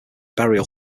burial